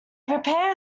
prepare